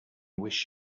wish